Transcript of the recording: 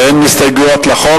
אין הסתייגויות לחוק.